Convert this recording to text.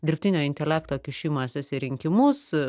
dirbtinio intelekto kišimasis į rinkimus